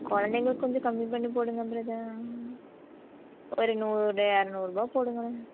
குழந்தைங்களுக்கு கொஞ்சம் கம்மி பண்ணி போடுங்க பிரதர் ஒரு நூறு இரநூறுபா போடுங்களேன்